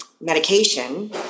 medication